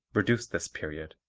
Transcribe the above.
reduce this period.